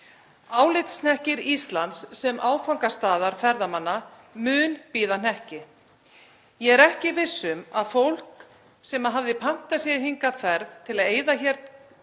Álit á Íslandi sem áfangastað ferðamanna mun bíða hnekki. Ég er ekki viss um að fólk sem hafði pantað sér ferð til að eyða hér